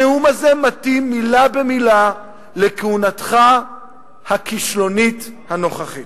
הנאום הזה מתאים מלה במלה לכהונתך הכושלת הנוכחית.